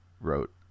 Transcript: wrote